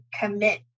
commit